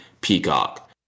peacock